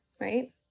right